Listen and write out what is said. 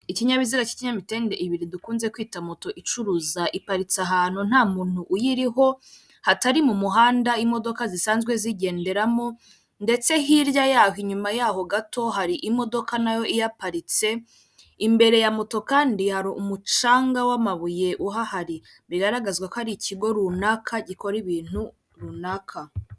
Ikinyabiziga cy' ikinyamitende ibiri dukunze kwita moto icuruza iparitse ahantu nta muntu uyiriho, hatari mu muhanda imodoka zisanzwe zigenderamo, ndetse hirya yaho inyuma yaho gato hari imodoka nayo iyaparitse, imbere ya moto kandi hari umucanga w'amabuye uhahari, bigaragazwa ko ari ikigo runaka gikora ibintu runaka.